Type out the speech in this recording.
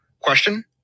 Question